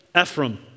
Ephraim